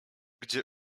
gdzie